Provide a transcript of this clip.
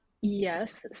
yes